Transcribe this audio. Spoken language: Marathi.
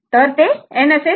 तर ते n असेल